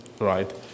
Right